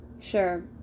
sure